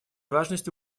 важность